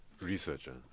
Researcher